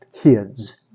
kids